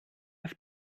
auf